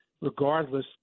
regardless